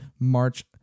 March